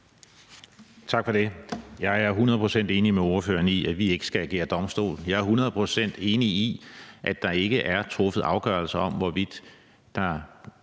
Tak for det. Jeg er hundrede procent enig med ordføreren i, at vi ikke skal agere domstol, og jeg er hundrede procent enig i, at der ikke er truffet afgørelse om, hvorvidt der